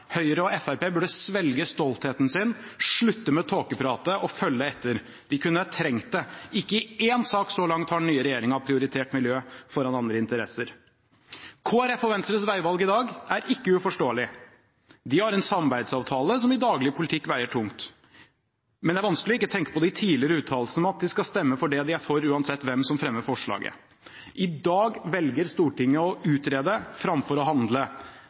Høyre og Fremskrittspartiet burde svelge stoltheten sin, slutte med tåkepratet og følge etter. De kunne trengt det. Ikke i én sak så langt har den nye regjeringen prioritert miljø foran andre interesser. Kristelig Folkeparti og Venstres veivalg i dag er ikke uforståelig. De har en samarbeidsavtale som i daglig politikk veier tungt. Men det er vanskelig ikke å tenke på de tidligere uttalelsene om at de skal stemme for det de er for, uansett hvem som fremmer forslaget. I dag velger Stortinget å utrede framfor å handle.